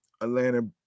atlanta